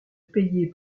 payer